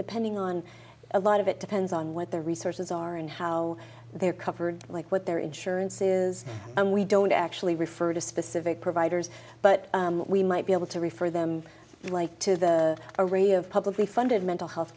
depending on a lot of it depends on what the resources are and how they are covered like what their insurance is and we don't actually refer to specific providers but we might be able to refer them like to the array of publicly funded mental health